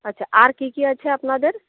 আচ্ছা আর কি কি আছে আপনাদের